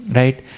right